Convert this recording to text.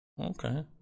Okay